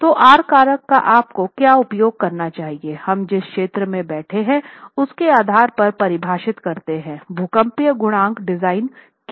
तो आर कारक का आपको क्या उपयोग करना चाहिए हम जिस क्षेत्र में बैठे हैं उसके आधार पर परिभाषित करते हैं भूकंपीय गुणांक डिजाइन क्या है